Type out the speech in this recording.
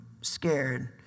scared